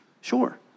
sure